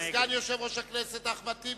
(קורא בשמות חברי הכנסת)